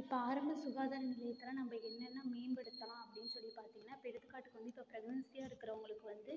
இப்போ ஆரம்ப சுகாதார நிலையத்தில் நம்ம என்னென்ன மேம்படுத்தலாம் அப்படினு சொல்லி பார்த்தீங்கன்னா இப்போ எடுத்துக்காட்டுக்கு வந்து இப்போ பிரக்னன்ட்ஸியாக இருக்கிறவங்களுக்கு வந்து